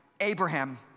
Abraham